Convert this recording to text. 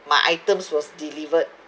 my items was delivered